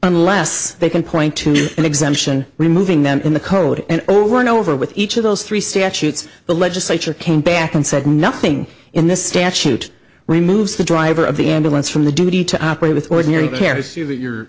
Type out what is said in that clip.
unless they can point to an exemption removing them in the code and over and over with each of those three statutes the legislature came back and said nothing in this statute removes the driver of the ambulance from the duty to operate with ordinary care to see that you